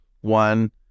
one